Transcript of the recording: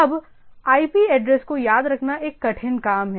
अब IP address को याद रखना एक कठिन काम है